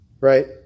Right